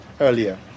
earlier